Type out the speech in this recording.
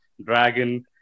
Dragon